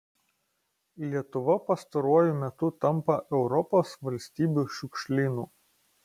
lietuva pastaruoju metu tampa europos valstybių šiukšlynu